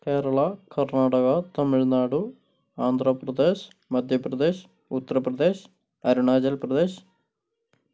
Kerala Karnataka Tamil Nadu Andhra Pradesh Madhya Pradesh Uttar Pradesh Arunachal Pradesh